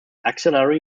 axillary